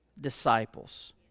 disciples